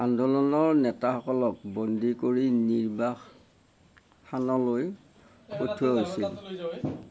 আন্দোলনৰ নেতাসকলক বন্দী কৰি নিৰ্বাসসানলৈ পঠিওৱা হৈছিল